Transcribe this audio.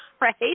right